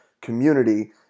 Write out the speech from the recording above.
community